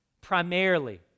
primarily